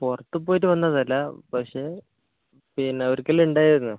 പുറത്ത് പോയിട്ട് വന്നതല്ലാ പക്ഷേ പിന്നെ ഒരിക്കൽ ഉണ്ടായിരുന്നു